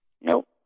Nope